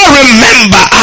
remember